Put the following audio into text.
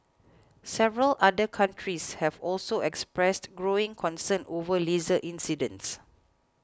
several other countries have also expressed growing concern over laser incidents